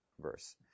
verse